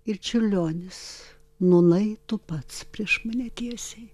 ir čiurlionis nūnai tu pats prieš mane tiesiai